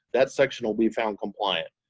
that section will be found compliant.